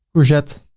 courgette